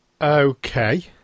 Okay